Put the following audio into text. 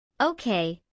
Okay